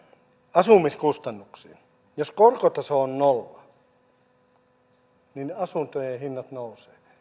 asumiskustannuksiin niin jos korkotaso on nolla niin asuntojen hinnat nousevat